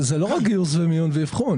זה לא רק מיון וגיוס ואבחון.